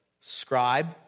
scribe